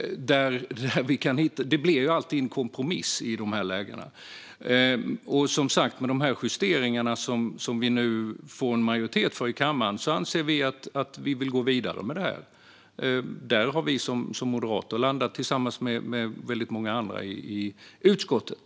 Det blir alltid en kompromiss i de här lägena. Men, som sagt, med de justeringar som vi nu får en majoritet för i kammaren anser vi att vi vill gå vidare med det här. Där har vi moderater landat tillsammans med väldigt många andra i utskottet.